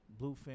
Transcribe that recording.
Bluefin